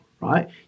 right